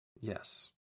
Yes